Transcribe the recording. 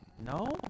No